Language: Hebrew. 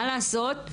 מה לעשות,